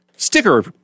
sticker